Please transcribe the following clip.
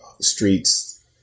streets